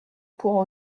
pour